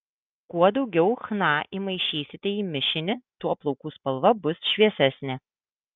kuo daugiau chna įmaišysite į mišinį tuo plaukų spalva bus šviesesnė